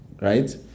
right